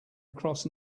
across